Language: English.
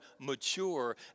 mature